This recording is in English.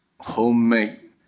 homemade